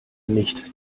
nicht